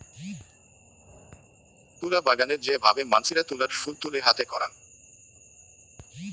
তুলা বাগানে যে ভাবে মানসিরা তুলার ফুল তুলে হাতে করাং